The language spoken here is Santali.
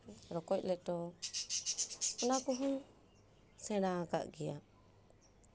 ᱨᱚᱠᱚᱡ ᱞᱮᱴᱚ ᱚᱱᱟ ᱠᱚᱦᱚᱸ ᱥᱮᱬᱟ ᱟᱠᱟᱫ ᱜᱮᱭᱟ